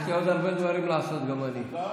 יש לי עוד הרבה דברים לעשות, גם אני.